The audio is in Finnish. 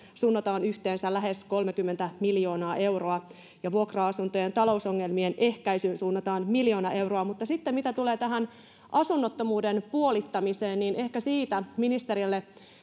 suunnataan yhteensä lähes kolmekymmentä miljoonaa euroa ja vuokra asuntojen talousongelmien ehkäisyyn suunnataan miljoona euroa mitä sitten tulee tähän asunnottomuuden puolittamiseen niin ehkä siitä ministerille